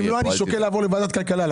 כי אם לא, אני שוקל לעבור לוועדת הכלכלה.